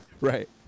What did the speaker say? right